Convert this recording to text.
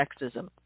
sexism